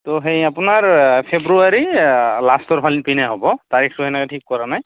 ত' সেই আপোনাৰ ফেব্ৰুৱাৰী লাষ্টৰ ফালে পিনে হ'ব তাৰিখটো এনেকৈ ঠিক কৰা নাই